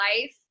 life